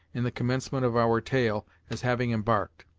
in the commencement of our tale, as having embarked,